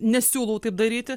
nesiūlau taip daryti